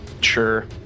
Sure